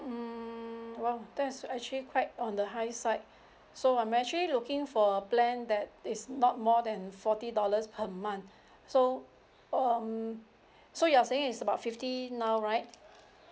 mm !wow! that's actually quite on the high side so I'm actually looking for a plan that is not more than forty dollars per month so um so you're saying is about fifty now right